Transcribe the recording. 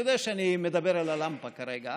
אני יודע שאני מדבר ללמפה כרגע,